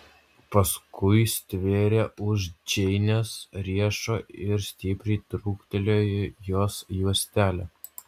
paskui stvėrė už džeinės riešo ir stipriai trūktelėjo jos juostelę